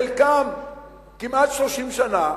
חלקם כמעט 30 שנה,